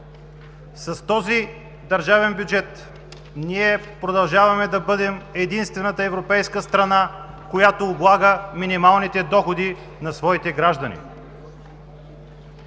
С този държавен бюджет ние продължаваме да бъдем единствената европейска страна, която облага минималните доходи на своите граждани.